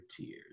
tears